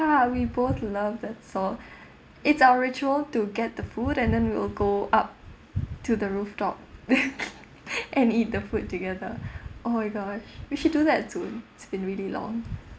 we both love that thought it's our ritual to get the food and then we will go up to the rooftop and eat the food together oh my god we should do that soon it's been really long